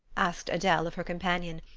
asked adele of her companion,